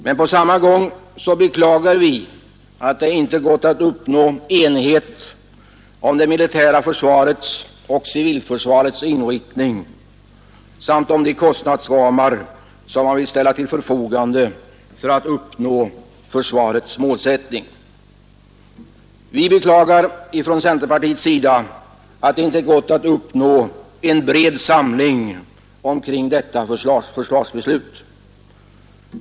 Men på samma gång beklagar vi att det inte gått att uppnå enighet om det militära försvaret och civilförsvarets inriktning samt om de kostnadsramar som man vill ställa till förfogande för att uppnå försvarets målsättning. Vi beklagar från centerpartiets sida att det inte gått att uppnå en bred samling kring detta försvarsbeslut.